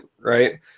right